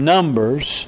Numbers